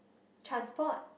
transport